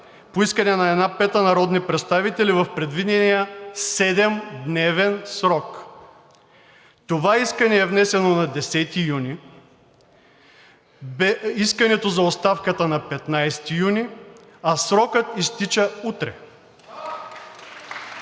по искане на една пета народни представители в предвидения седемдневен срок. Това искане е внесено на 10 юни, искането за оставката – на 15 юни, а срокът изтича утре.